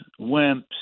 wimps